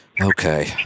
Okay